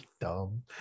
dumb